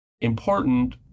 important